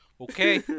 Okay